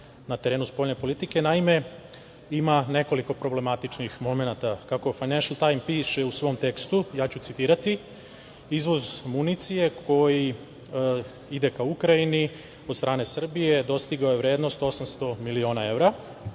na terenu spoljne politike. Naime, ima nekoliko problematičnih momenata. Kako "Fajnešel tajm" piše u svom tekstu, ja ću citirati - Izvoz municije koji ide ka Ukrajini od strane Srbije dostigao je vrednost 800 miliona evra.